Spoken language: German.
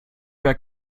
wer